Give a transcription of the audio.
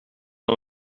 dan